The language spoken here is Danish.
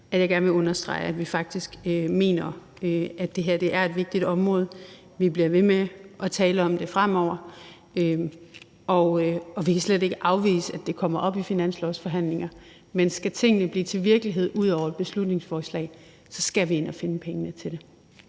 jeg gerne vil understrege, at vi faktisk mener, at det her er et vigtigt område. Vi bliver ved med at tale om det fremover, og vi kan slet ikke afvise, at det kommer op i finanslovsforhandlinger. Men skal tingene blive til virkelighed ud over et beslutningsforslag, skal vi ind og finde pengene til det.